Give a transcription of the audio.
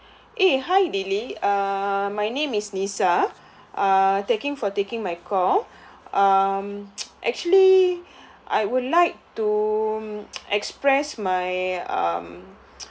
eh hi lily uh my name is nisa uh thank you for taking my call um actually I would like to express my um